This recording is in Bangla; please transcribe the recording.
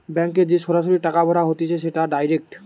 ব্যাংকে যে সরাসরি টাকা ভরা হতিছে সেটা ডাইরেক্ট